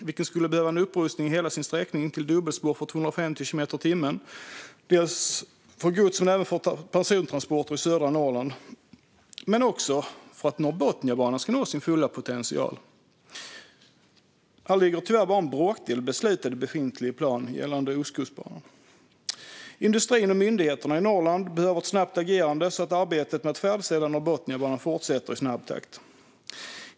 Den skulle behöva en upprustning i hela sin sträckning till dubbelspår för en hastighet på 250 kilometer i timmen. Det gäller dels gods och persontransporter i södra Norrland, dels för att Norrbotniabanan ska nå sin fulla potential. I beslutad befintlig plan finns tyvärr bara en bråkdel avsatt för Ostkustbanan. Industrin och myndigheterna i Norrland behöver ett snabbt agerande så att arbetet med att färdigställa Norrbotniabanan fortsätter i snabb takt.